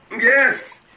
Yes